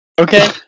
Okay